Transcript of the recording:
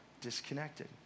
disconnected